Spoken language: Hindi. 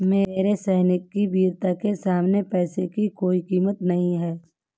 हमारे सैनिक की वीरता के सामने पैसे की कोई कीमत नही है